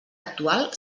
actual